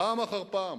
פעם אחר פעם,